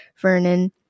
Vernon